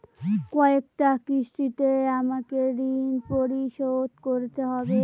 কয়টা কিস্তিতে আমাকে ঋণ পরিশোধ করতে হবে?